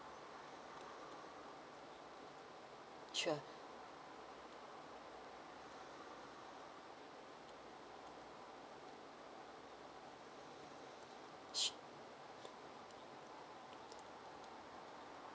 sure